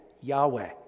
Yahweh